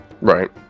right